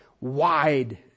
wide